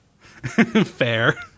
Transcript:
fair